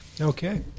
okay